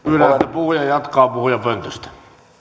puhuja jatkaa puhujapöntöstä